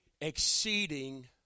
Exceeding